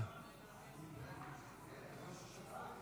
התשפ"ה 2024, אושרה בקריאה